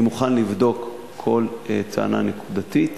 אני מוכן לבדוק כל טענה נקודתית,